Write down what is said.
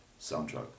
soundtrack